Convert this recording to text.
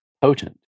potent